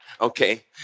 okay